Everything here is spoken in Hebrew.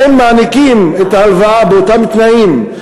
האם מעניקים את ההלוואה באותם תנאים,